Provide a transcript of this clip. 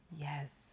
Yes